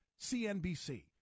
CNBC